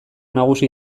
nagusi